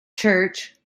church